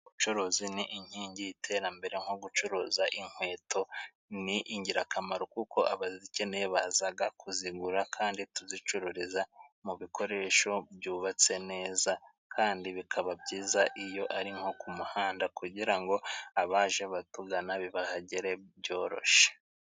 Ubucuruzi ni inkingi iterambere nko gucuruza inkweto ni ingirakamaro, kuko abazikeneye bazaga kuzigura kandi tuzicururiza mu bikoresho byubatse neza, kandi bikaba byiza iyo ari nko ku muhanda kugira ngo abaje batugana bi bahagere byoroshye.